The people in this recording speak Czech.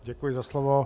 Děkuji za slovo.